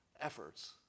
efforts